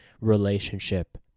relationship